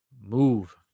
move